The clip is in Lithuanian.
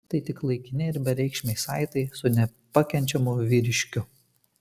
tai tik laikini ir bereikšmiai saitai su nepakenčiamu vyriškiu